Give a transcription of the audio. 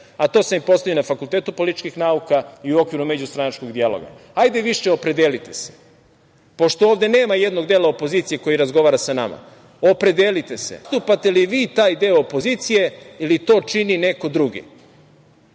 a to sam im postavio n Fakultetu političkih nauka i u okviru međustranačkog – hajde više opredelite se. Pošto ovde nema jednog dela opozicije koji razgovara sa nama, opredelite se. Zastupate li vi taj deo opozicije ili to čini neko drugi?